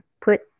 put